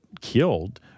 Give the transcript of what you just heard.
killed